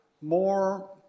more